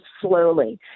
slowly